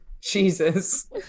Jesus